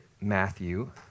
Matthew